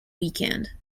weekend